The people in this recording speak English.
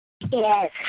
Yes